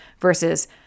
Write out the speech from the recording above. versus